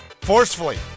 forcefully